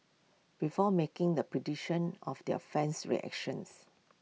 before making the prediction of their fan's reactions